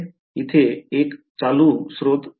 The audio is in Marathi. येथे एक चालू स्त्रोत J होता